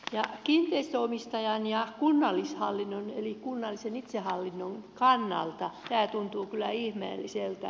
kiinteistön omistajan ja kunnallishallinnon eli kunnallisen itsehallinnon kannalta tämä tuntuu kyllä ihmeelliseltä